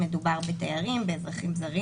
אחרי ההגדרה "ילד" יבוא: ""מדריך" כהגדרתו בצו בידוד